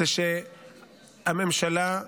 היא שהממשלה,